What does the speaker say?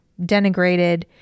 denigrated